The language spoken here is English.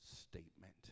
statement